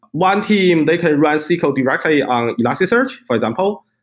one team they can write sql directly on elasticsearch, for example.